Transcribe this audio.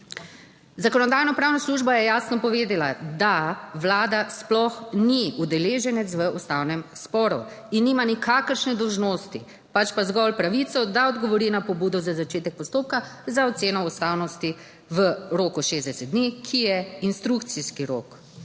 Zakonodajno-pravna služba je jasno povedala, da vlada sploh ni udeleženec v ustavnem sporu in nima nikakršne dolžnosti, pač pa zgolj pravico, da odgovori na pobudo za začetek postopka za oceno ustavnosti v roku 60 dni, ki je instrukcijski rok.